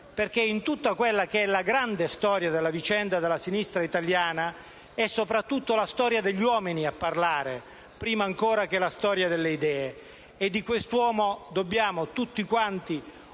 perché in tutta quella che è la grande storia e la vicenda della sinistra italiana è soprattutto la storia degli uomini a parlare, prima ancora che la storia delle idee. Dobbiamo tutti onorarci